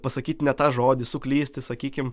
pasakyt ne tą žodį suklysti sakykim